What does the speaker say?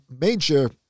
major